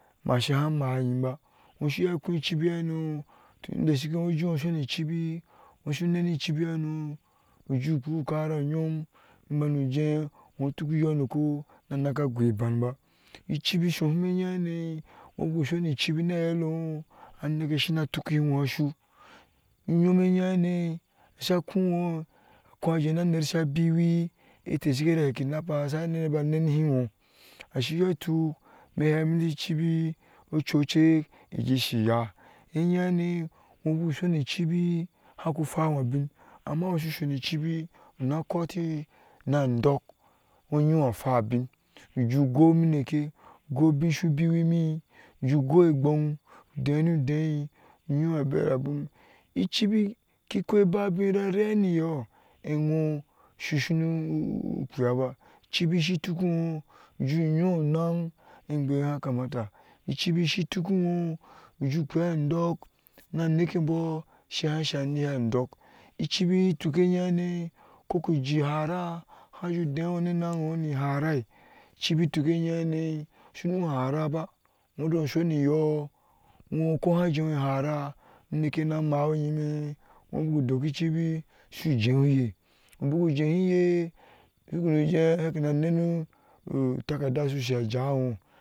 Ma shiha maa nyim baa ŋi shu iya a koh icibi bano tun da shike ŋo ujɛɛ no ushonu icibi ŋo shuu neni icibi hano uju kpuu ukara nongom, nu banu jɛɛ ŋo utuk uyonoko na neke ghoi iban baa icibi ishohum eyehane no baku shoni icibi ni ahɛɛle no anek shina tuki ŋo ashuu unyom eyehane asha khoh ino a kojɛɛ na ner sha biwi ete shike heti a kidnappers sha nene ba neni hi ŋo, ashi iyo utuk, me iheti icibi ocucekishi iyaa enyehane ŋo bu shoni icibi, haku hwaŋo abin, ama ŋ shu shoni icibi una koti na andok ŋo ŋyiŋo abiŋ ujuu ghai unineke, ughoi ubinshu biwi mi, ujuu ghoi egbang, udɛɛ nu udɛɛi unyiŋo abera abiŋ icibi ki koba abiŋ rareniyo eŋo ushunu kpiia baa icibi shi tuk eŋo ujuu nyii onan eno hakamata icibi shi tuk inoujuu kpiia andok ni aneke emboo shi hasa anihi andok icibi ituk eyehane koku jii ihara haju dɛɛŋo ne nenos ni iharai icibi tuk eyehanei shunu hara baa, goti eno ushoni yoo, no ko hau hango uneke na mawi nyime no buku doki kibi shu kpeni ujee a kpena nene utakada shushe ajawi no.